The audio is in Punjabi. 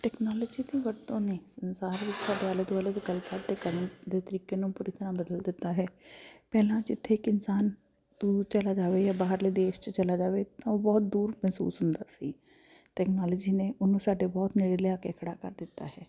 ਟੈਕਨੋਲੋਜੀ ਦੀ ਵਰਤੋਂ ਨੇ ਸੰਸਾਰ ਵਿੱਚ ਸਾਡੇ ਆਲੇ ਦੁਆਲੇ ਦੀ ਗੱਲ ਕਰਦੇ ਅਤੇ ਕਰਨ ਦੇ ਤਰੀਕੇ ਨੂੰ ਪੂਰੀ ਤਰ੍ਹਾਂ ਬਦਲ ਦਿੱਤਾ ਹੈ ਪਹਿਲਾਂ ਜਿੱਥੇ ਇੱਕ ਇਨਸਾਨ ਦੂਰ ਚਲਾ ਜਾਵੇ ਜਾਂ ਬਾਹਰਲੇ ਦੇਸ਼ 'ਚ ਚਲਾ ਜਾਵੇ ਤਾਂ ਉਹ ਬਹੁਤ ਦੂਰ ਮਹਿਸੂਸ ਹੁੰਦਾ ਸੀ ਟੈਕਨੋਲੋਜੀ ਨੇ ਉਹਨੂੰ ਸਾਡੇ ਬਹੁਤ ਨੇੜੇ ਲਿਆ ਕੇ ਖੜ੍ਹਾ ਕਰ ਦਿੱਤਾ ਹੈ